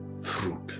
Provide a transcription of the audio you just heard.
fruit